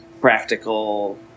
practical